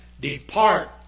Depart